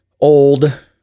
old